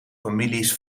families